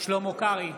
שלמה קרעי,